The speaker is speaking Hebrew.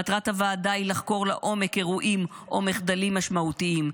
מטרת הוועדה היא לחקור לעומק אירועים או מחדלים משמעותיים,